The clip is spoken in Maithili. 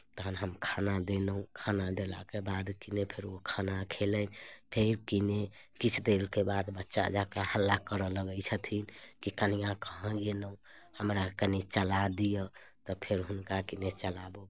तहन हम खाना देलहुँ खाना देलाके बाद किने फेर ओ खाना खेलथि फेर किने किछु देरके बाद बच्चा जँका हल्ला करय लगैत छथिन कि कनिआँ कहाँ गेलहुँ हमरा कनि चला दिअ तऽ फेर हुनका किने चलाबय